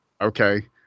Okay